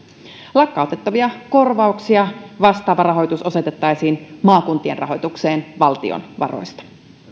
lakkautettavia korvauksia vastaava rahoitus osoitettaisiin maakuntien rahoitukseen valtion varoista